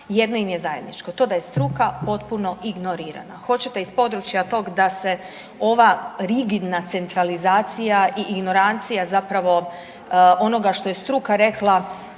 jedno im je zajedničko, to da je struka potpuno ignorirana. Hoćete iz područja tog da se ova rigidna centralizacija i ignorancija zapravo onoga što je struka rekla,